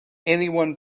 anyone